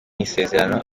isezerano